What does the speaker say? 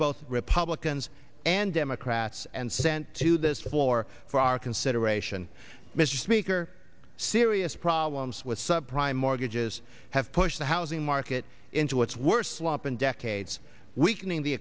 both republicans and democrats and sent to this floor for our consideration mr speaker serious problems with subprime mortgages have pushed the housing market into its worse flop in decades weakening the